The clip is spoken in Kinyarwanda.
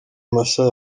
mashya